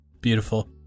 beautiful